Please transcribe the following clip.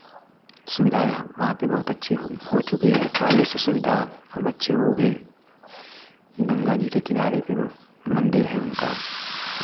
सुविधा यहाँ वहाँ पे बहुत अच्छी हो चुकी है पहले से सुविधा अब अच्छी हो गई गंगा जी के किनारे पे मंदिर है उनका